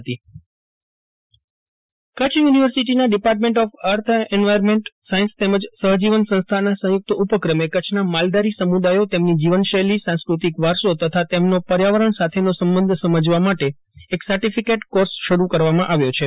Chandravadan Patni Kutch university Banni course Kutch યુનિવર્સિટીના department of earth environment science તેમજ સહજીવન સંસ્થાના સંયુક્ત ઉપક્રમે કચ્છના માલધારી સમુદાયો તેમની જીવનશૈલી સાંસ્કૃતિક વારસો તથા તેમનો પર્યાવરણ સાથેનો સંબંધ સમજવા માટે એક સર્ટિફિકેટ કોર્સ શરૂ કરવામાં આવ્યો છે